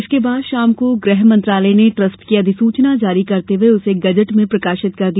इसके बाद शाम को गृह मंत्रालय ने ट्रस्ट की अधिसूचना जारी करते हुए उसे गजट में प्रकाशित कर दिया